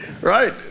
Right